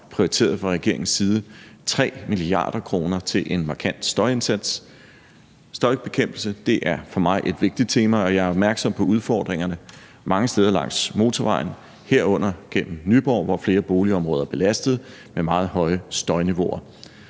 vi har fra regeringens side prioriteret 3 mia. kr. til en markant støjindsats. Støjbekæmpelse er for mig et vigtigt tema, og jeg er opmærksom på udfordringerne mange steder langs motorvejen, herunder gennem Nyborg, hvor flere boligområder er belastet med meget høje støjniveauer.